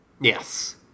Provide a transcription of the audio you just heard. Yes